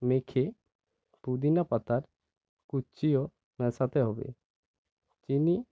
মেখে পুদিনা পাতার কুচিও মেশাতে হবে চিনি